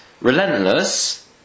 relentless